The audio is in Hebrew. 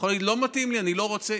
הוא יכול להגיד: לא מתאים לי, אני לא רוצה.